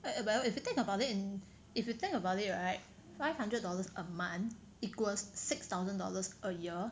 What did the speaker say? well well if you think about it mm if you think about it right five hundred dollars a month equals six thousand dollars a year